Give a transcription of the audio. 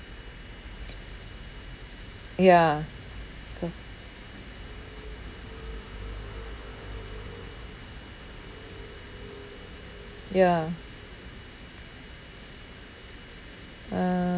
ya ya uh